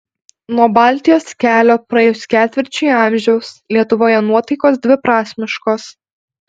nuo baltijos kelio praėjus ketvirčiui amžiaus lietuvoje nuotaikos dviprasmiškos